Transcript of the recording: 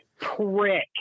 Prick